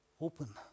open